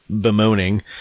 bemoaning